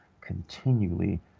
continually